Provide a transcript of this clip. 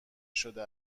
شده